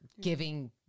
giving